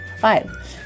Five